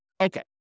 Okay